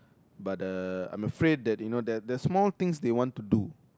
but uh I'm afraid that you know there there's more things they want to do